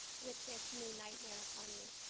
with this new nightmare upon you.